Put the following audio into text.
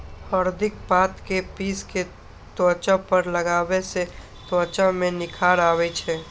हरदिक पात कें पीस कें त्वचा पर लगाबै सं त्वचा मे निखार आबै छै